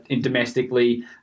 domestically